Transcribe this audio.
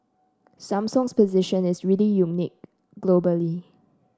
Samsung's position is really unique globally